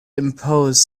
impose